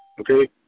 Okay